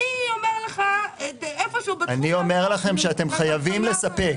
אני אומר לך- -- אני אומר לכם שאתם חייבים לספק.